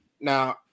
Now